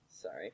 Sorry